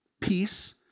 peace